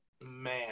man